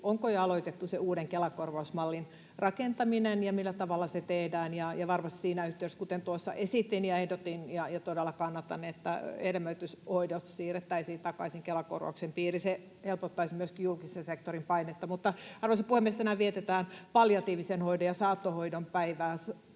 onko jo aloitettu se uuden Kela-korvausmallin rakentaminen ja millä tavalla se tehdään. Varmasti olisi hyvä, että siinä yhteydessä — kuten tuossa esitin ja ehdotin ja todella sitä kannatan — hedelmöityshoidot siirrettäisiin takaisin Kela-korvauksen piiriin. Se helpottaisi myöskin julkisen sektorin painetta. Arvoisa puhemies! Tänään vietetään palliatiivisen hoidon ja saattohoidon päivää.